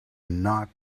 not